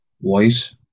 white